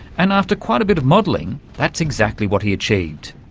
and after quite a bit of modelling that's exactly what he achieved.